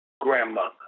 grandmother